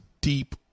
deep